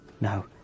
No